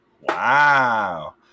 wow